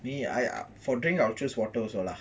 me I ah for drinks I will choose water also lah